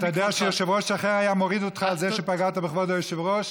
אתה יודע שיושב-ראש אחר היה מוריד אותך על זה שפגעת בכבוד היושב-ראש,